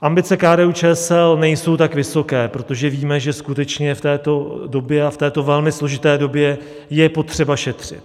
Ambice KDUČSL nejsou tak vysoké, protože víme, že skutečně v této době a v této velmi složité době je potřeba šetřit.